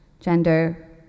gender